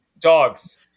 Dogs